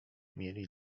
mieli